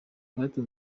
pastor